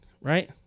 right